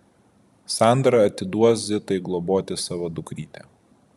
sandra atiduos zitai globoti savo dukrytę